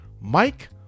Mike